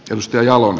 rusty jalo